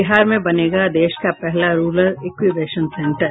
बिहार में बनेगा देश का पहला रूरल इन्क्यूबेशन सेंटर